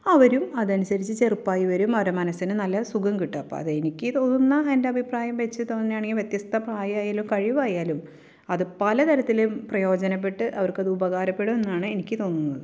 അവരും അതനുസരിച്ച് ചെർപ്പായി വരും അവരുടെ മനസ്സിനു നല്ല സുഖം കിട്ടും അപ്പം അതെനിക്ക് തോന്നുന്ന എൻ്റെ അഭിപ്രായം വെച്ചു തോന്നാണെങ്കിൽ വ്യത്യസ്ത പ്രായമായാലും കഴിവായാലും അതു പലതരത്തിലും പ്രയോജനപ്പെട്ട് അവർക്കത് ഉപകാരപ്പെടും എന്നാണ് എനിക്കു തോന്നുന്നത്